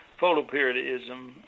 Photoperiodism